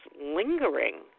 lingering